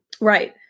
Right